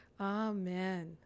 amen